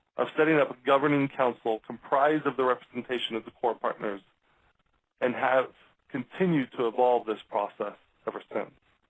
of setting up a governing council comprised of the representation of the core partners and have continued to evolve this process ever since.